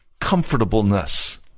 comfortableness